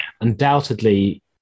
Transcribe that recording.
Undoubtedly